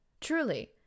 truly